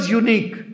unique